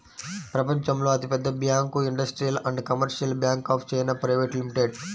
ప్రపంచంలో అతిపెద్ద bank industrial and commercial bank of China private limited